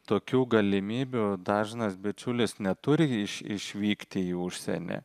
tokių galimybių dažnas bičiulis neturi iš išvykti į užsienį